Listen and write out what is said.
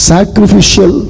Sacrificial